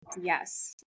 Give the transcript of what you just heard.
yes